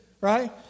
right